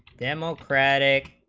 democratic